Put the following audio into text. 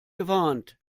gewarnt